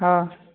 हँ